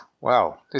wow